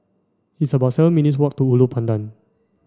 it's about seven minutes' walk to Ulu Pandan